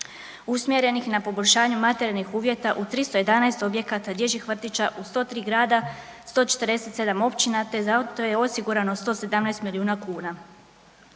usmjerenih na poboljšanju materijalnih uvjeta u 311 objekata dječjih vrtića u 103 grada, 147 općina, te za to je osigurano 117 milijuna kuna.